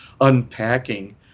unpacking